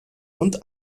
und